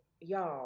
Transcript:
y'all